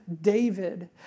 David